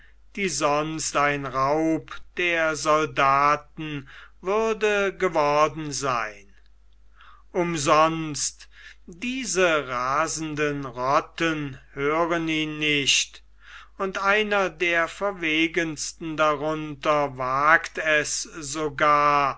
die sonst ein raub der soldaten würde geworden sein umsonst diese rasenden rotten hören ihn nicht und einer der verwegensten darunter wagt es sogar